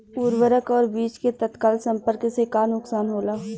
उर्वरक और बीज के तत्काल संपर्क से का नुकसान होला?